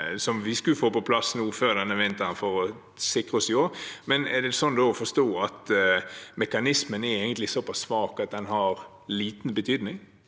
som vi skulle få på plass nå før denne vinteren for å sikre oss. Men er det sånn å forstå at mekanismen egentlig er såpass svak at den har liten betydning?